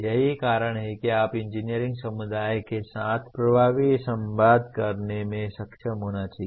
यही कारण है कि आप इंजीनियरिंग समुदाय के साथ प्रभावी संवाद करने में सक्षम होना चाहिए